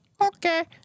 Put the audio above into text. okay